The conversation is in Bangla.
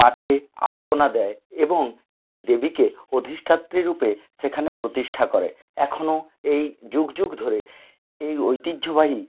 মাঠে আলপনা দেয় এবং এই দেবীকে অধিষ্ঠাত্রীরূপে সেখানে প্রতিষ্ঠা করে এখনো এই যুগ যুগ ধরে এই ঐতিহ্যবাহী